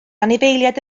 anifeiliaid